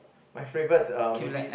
my favourite uh maybe